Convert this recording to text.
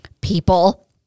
People